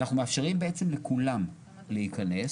אנחנו מאפשרים בעצם לכולם להיכנס,